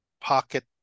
pocket